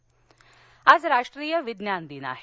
विज्ञान दिन आज राष्ट्रीय विज्ञान दिन आहे